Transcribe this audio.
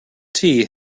tea